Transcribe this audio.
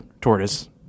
tortoise